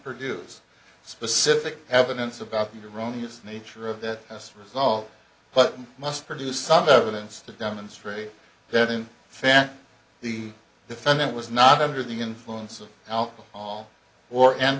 produce specific evidence about the wrongness nature of that test result but must produce some evidence to demonstrate that in fact the defendant was not under the influence of alcohol or and